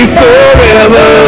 forever